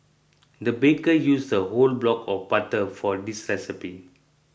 the baker used a whole block of butter for this recipe